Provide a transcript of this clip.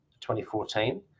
2014